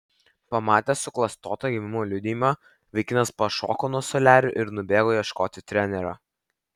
pamatęs suklastotą gimimo liudijimą vaikinas pašoko nuo suolelio ir nubėgo ieškoti trenerio